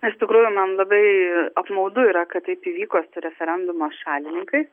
iš tikrųjų man labai apmaudu yra kad taip įvyko su referendumo šalininkais